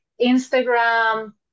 Instagram